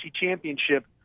championship